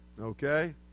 Okay